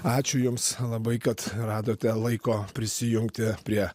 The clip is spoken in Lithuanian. ačiū jums labai kad radote laiko prisijungti prie